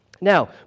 Now